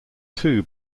two